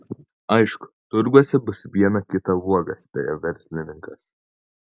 aišku turguose bus viena kita uoga spėjo verslininkas